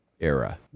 Era